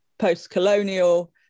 post-colonial